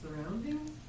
surroundings